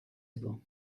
ago